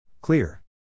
Clear